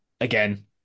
again